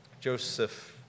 Joseph